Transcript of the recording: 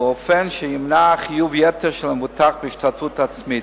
ובאופן שימנע חיוב יתר של המבוטח בהשתתפות עצמית.